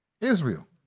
Israel